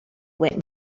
went